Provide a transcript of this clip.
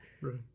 Right